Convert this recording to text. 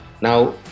Now